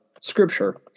scripture